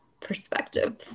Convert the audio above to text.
perspective